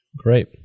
Great